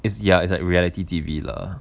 it's ya it's like reality T_V lah